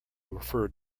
referred